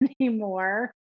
anymore